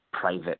private